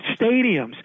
stadiums